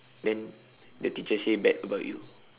then the teacher say bad about you